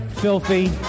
filthy